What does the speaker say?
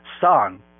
son